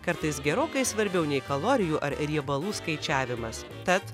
kartais gerokai svarbiau nei kalorijų ar riebalų skaičiavimas tad